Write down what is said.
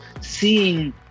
seeing